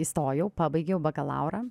įstojau pabaigiau bakalaurą